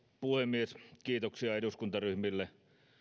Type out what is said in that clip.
puhemies kiitoksia eduskuntaryhmille